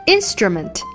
Instrument